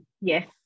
Yes